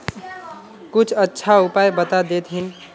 कुछ अच्छा उपाय बता देतहिन?